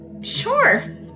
Sure